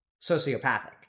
sociopathic